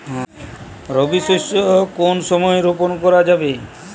রবি শস্য কোন সময় রোপন করা যাবে?